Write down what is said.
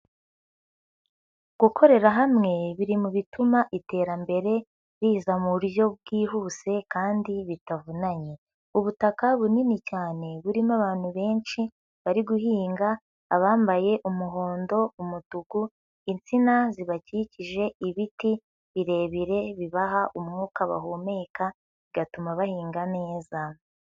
Gukorera hamwe biri mu bituma iterambere riza mu buryo bwihuse kandi bitavunanye. Ubutaka bunini cyane burimo abantu benshi bari guhinga, abambaye umuhondo, umutuku, insina zibakikije, ibiti birebire bibaha umwuka bahumeka, bigatuma bahinga neza.